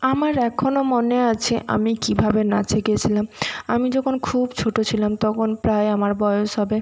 আমার এখনো মনে আছে আমি কীভাবে নাচে গেছিলাম আমি যখন খুব ছোটো ছিলাম তখন প্রায় আমার বয়স হবে